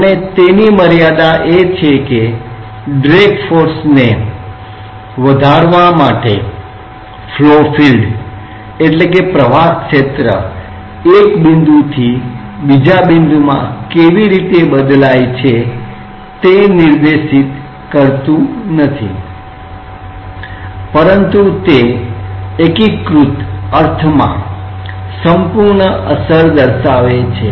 અને તેની મર્યાદા એ છે કે ડ્રેગ ફોર્સ વધારવા માટે ફ્લો ફિલ્ડ flow field પ્રવાહ ક્ષેત્ર એક બિંદુથી બીજા બિંદુમાં કેવી રીતે બદલાય છે તે દર્શાવતું નથી પરંતુ તે એકીકૃત અર્થમાં સંપૂર્ણ અસર દર્શાવે છે